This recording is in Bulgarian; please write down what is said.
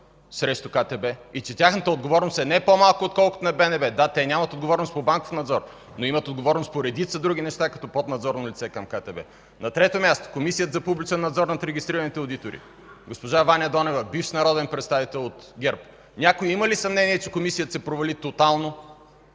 срещу КТБ и че тяхната отговорност е не по-малка отколкото на БНБ?! Да, те нямат отговорност по банков надзор, но имат отговорност по редица други неща като поднадзорно лице към КТБ. На трето място, Комисията за публичен надзор над регистрираните одитори – госпожа Ваня Донева, бивш народен представител от ГЕРБ. Някой има ли съмнение, че Комисията се провали тотално?